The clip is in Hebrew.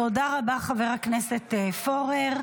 תודה רבה, חבר הכנסת פורר.